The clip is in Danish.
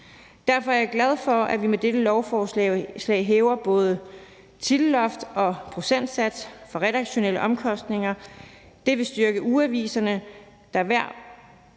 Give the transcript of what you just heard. Derfor er jeg glad for, at vi med dette lovforslag hæver både titelloft og procentsats for redaktionelle omkostninger. Det vil styrke ugeaviserne, der alle